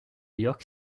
york